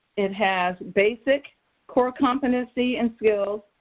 it has basics, core competencies and skills,